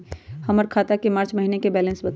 हमर खाता के मार्च महीने के बैलेंस के बताऊ?